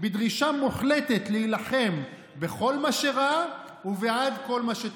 בדרישה מוחלטת להילחם בכל מה שרע ובעד כל מה שטוב.